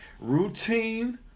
Routine